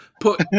put